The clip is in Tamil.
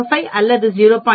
05 அல்லது 0